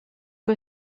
que